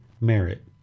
merit